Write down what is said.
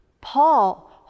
Paul